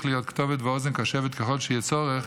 להיות כתובת ואוזן קשבת ככל שיהיה צורך